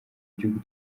gihugu